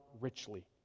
richly